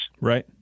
Right